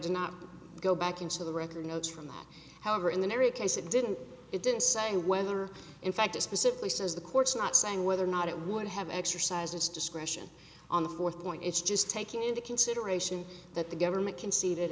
did not go back into the record notes from however in the every case it didn't it didn't say whether in fact to specifically says the court's not saying whether or not it would have exercised its discretion on the fourth point it's just taking into consideration that the government